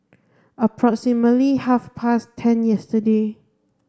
approximately half past ten yesterday